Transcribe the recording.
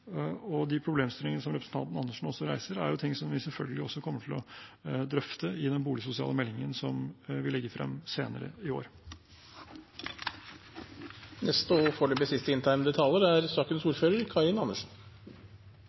De problemstillingene som representanten Andersen reiser, er ting som vi selvfølgelig også kommer til å drøfte i den boligsosiale meldingen, som vi legger frem senere i år. Statsråden viser til tall som er helt riktige, problemet er